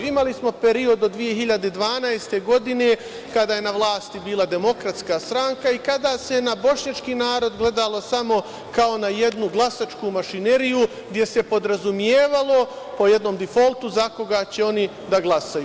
Imali smo period do 2012. godine kada je na vlasti bila DS i kada se na bošnjački narod gledalo samo kao na jednu glasačku mašineriju, gde se podrazumevalo, po jednom difoltu za koga će oni da glasaju.